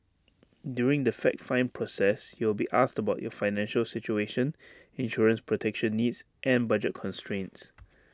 during the fact find process you will be asked about your financial situation insurance protection needs and budget constraints